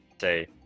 say